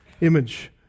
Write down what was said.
image